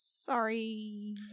Sorry